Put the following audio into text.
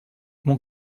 mon